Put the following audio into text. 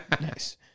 Nice